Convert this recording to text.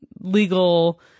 legal